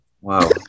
wow